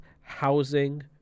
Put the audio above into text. housing